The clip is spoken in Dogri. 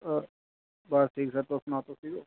बस ठीक सर तुस सनाओ सर ठीक ओ